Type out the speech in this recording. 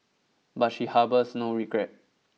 but she harbours no regret